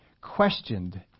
questioned